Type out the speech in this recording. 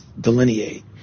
delineate